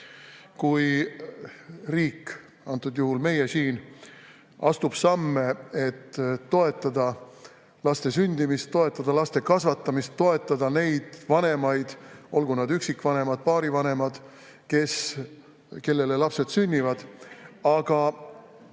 kui riik, antud juhul meie siin, astub samme, et toetada laste sündimist, toetada laste kasvatamist, toetada neid vanemaid, olgu nad üksikvanemad või paarid, kellele lapsed sünnivad. Aga